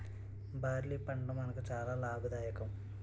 barley పంట మనకు చాలా లాభదాయకం